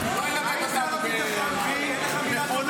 לא אמרתי הפטרה, אמרתי הפקרה.